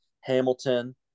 Hamilton